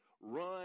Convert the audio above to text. run